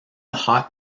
hot